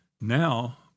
now